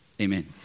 Amen